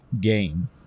game